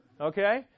Okay